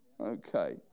Okay